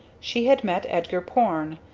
she had met edgar porne,